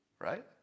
right